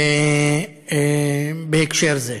בהקשר זה.